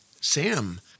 Sam